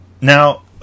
Now